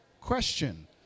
question